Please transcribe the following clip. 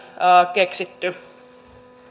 keksitty